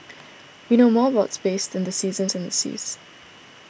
we know more about space than the seasons and the seas